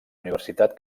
universitat